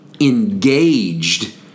engaged